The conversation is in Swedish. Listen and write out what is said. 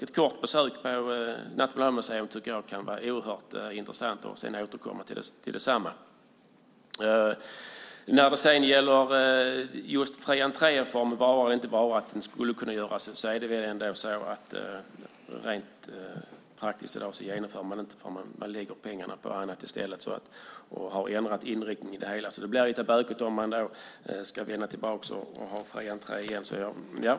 Ett kort besök på Nationalmuseum tycker jag kan vara oerhört intressant. Sedan kan man återkomma. När det sedan gäller att man skulle kunna ha fri entré i alla fall är det väl ändå så att man rent praktiskt inte genomför det. Man lägger pengarna på annat i stället och har ändrat inriktning på det hela. Det blir lite bökigt om man ska vända tillbaka och ha fri entré igen.